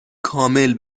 کامل